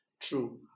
True